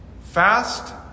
Fast